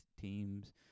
teams